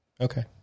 okay